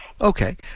Okay